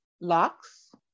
locks